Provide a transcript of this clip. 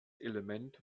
element